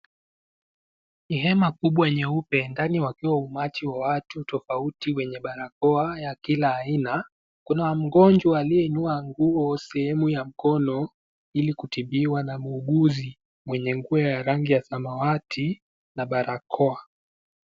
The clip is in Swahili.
Ni hema kubwa nyeupe ndani ukiwa na umati wa watu tofauti wenye barakoa ya kila aina, Kuna mgonjwa aliyeinua nguo sehemu ya mkono, ili kutibiwa na muuguzi mwenye nguo ya rangi ya samawati na barakoa.